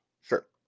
Sure